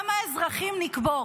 כמה אזרחים נקבור?